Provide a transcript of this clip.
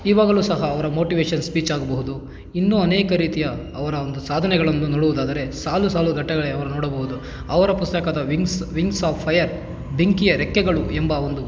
ಈವಾಗಲೂ ಸಹ ಅವರ motivation speech ಆಗಬಹುದು ಇನ್ನು ಅನೇಕ ರೀತಿಯ ಅವರ ಒಂದು ಸಾಧನೆಗಳನ್ನು ನೋಡುವುದಾದರೆ ಸಾಲು ಸಾಲು ಗಟ್ಟಗಳೆ ಅವರು ನೋಡಬಹುದು ಅವರ ಪುಸ್ತಕದ ವಿಂಗ್ಸ್ ವಿಂಗ್ಸ್ ಆಫ್ ಫೈರ್ ಬೆಂಕಿಯ ರೆಕ್ಕೆಗಳು ಎಂಬ ಒಂದು